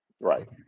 Right